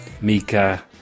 Mika